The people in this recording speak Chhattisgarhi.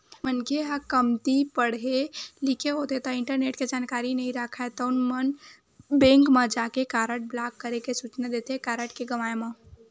मनखे ह कमती पड़हे लिखे होथे ता इंटरनेट के जानकारी नइ राखय तउन मन बेंक म जाके कारड ब्लॉक करे के सूचना देथे कारड के गवाय म